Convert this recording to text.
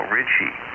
Richie